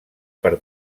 per